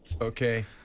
Okay